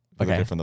Okay